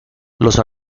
los